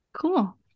cool